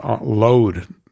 load